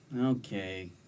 Okay